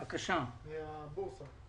נעשה בבורסה,